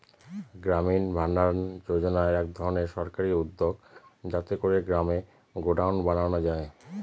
গ্রামীণ ভাণ্ডারণ যোজনা এক ধরনের সরকারি উদ্যোগ যাতে করে গ্রামে গডাউন বানানো যায়